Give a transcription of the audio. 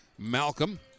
Malcolm